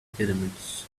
pyramids